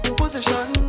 position